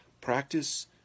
Practice